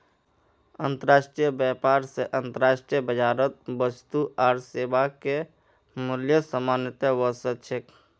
अंतर्राष्ट्रीय व्यापार स अंतर्राष्ट्रीय बाजारत वस्तु आर सेवाके मूल्यत समानता व स छेक